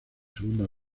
segunda